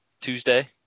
Tuesday